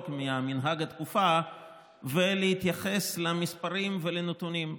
ממנהג התקופה ולהתייחס למספרים ולנתונים.